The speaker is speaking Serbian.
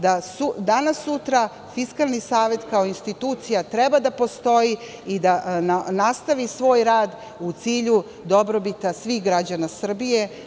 Danas, sutra Fiskalni savet kao institucija treba da postoji i da nastavi svoj rad u cilju dobrobiti svih građana Srbije.